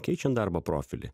keičiant darbo profilį